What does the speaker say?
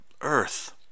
Earth